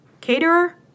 Caterer